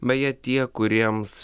beje tie kuriems